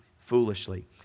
foolishly